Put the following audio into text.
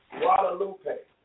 Guadalupe